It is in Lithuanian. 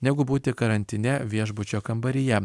negu būti karantine viešbučio kambaryje